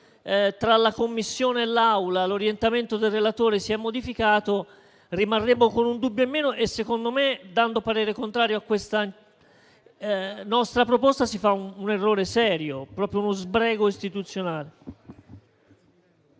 tra la Commissione e l'Aula l'orientamento del relatore si è modificato, rimarremmo con un dubbio in meno e - secondo me - dando parere contrario a questa nostra proposta si fa un errore serio, proprio uno sbrego istituzionale.